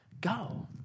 Go